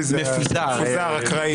מפוזר, אקראי.